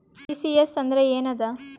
ECS ಅಂದ್ರ ಏನದ?